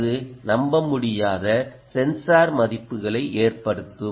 அது நம்ப முடியாத சென்சார் மதிப்புகளை ஏற்படுத்தும்